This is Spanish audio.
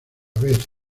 vez